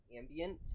ambient